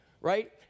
right